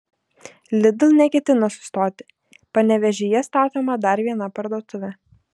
lidl neketina sustoti panevėžyje statoma dar viena parduotuvė